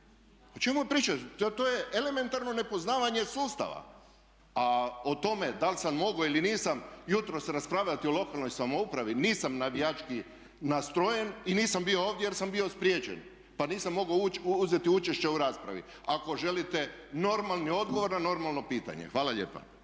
O čemu vi pričate? To je elementarno nepoznavanje sustava. A o tome da li sam mogao ili nisam jutros raspravljati o lokalnoj samoupravi nisam navijački nastrojen i nisam bio ovdje jer sam bio spriječen pa nisam mogao uzeti učešće u raspravi. Ako želite normalni odgovor na normalno pitanje. Hvala lijepa.